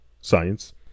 science